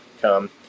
come